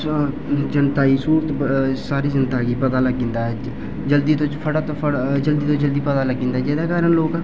सारी जनता गी स्हूलत सारी जनता गी पता लग्गी जंदा कि जल्दी कोला जल्दी फड़ां ते फड़ां जल्दी कोला जल्दी पता लग्गी जंदा जेह्दे कारण लोग